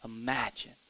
Imagine